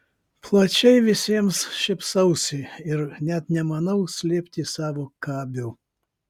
plačiai visiems šypsausi ir net nemanau slėpti savo kabių